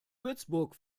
würzburg